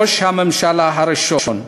ראש הממשלה הראשון.